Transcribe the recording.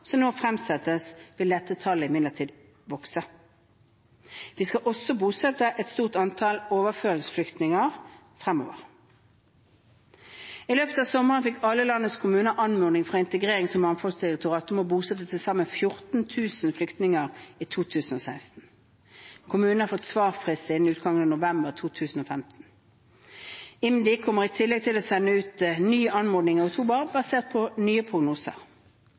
som nå fremsettes, vil dette tallet imidlertid vokse. Vi skal også bosette et stort antall overføringsflyktninger fremover. I løpet av sommeren fikk alle landets kommuner anmodning fra Integrerings- og mangfoldsdirektoratet om å bosette til sammen 14 000 flyktninger i 2016. Kommunene har fått svarfrist innen utgangen av november 2015. IMDi kommer i tillegg til å sende ut en ny anmodning i oktober, basert på nye prognoser.